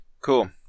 cool